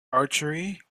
archery